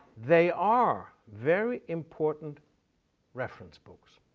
they are very important reference books,